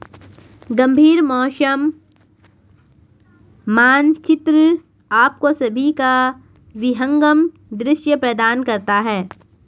गंभीर मौसम मानचित्र आपको सभी का विहंगम दृश्य प्रदान करता है